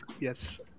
Yes